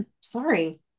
sorry